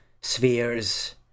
spheres